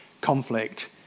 conflict